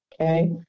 Okay